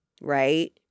right